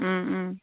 उम उम